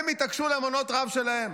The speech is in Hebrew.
הם התעקשו למנות רב שלהם.